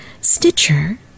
Stitcher